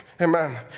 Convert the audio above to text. Amen